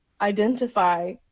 identify